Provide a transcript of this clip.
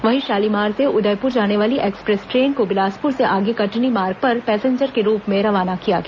वहीं शालीमार से उदयपुर जाने वाली एक्सप्रेस ट्रेन को बिलासपुर से आगे कटनी मार्ग पर पैसेंजर के रूप में रवाना किया गया